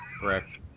Correct